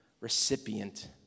recipient